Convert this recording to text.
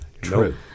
True